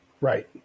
Right